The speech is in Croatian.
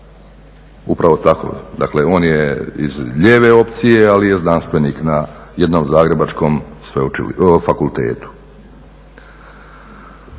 Upravo tako, dakle on je iz lijeve opcije ali je znanstvenik na jednom zagrebačkom fakultetu.